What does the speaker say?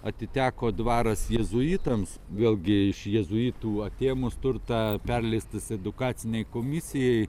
atiteko dvaras jėzuitams vėlgi iš jėzuitų atėmus turtą perleistas edukacinei komisijai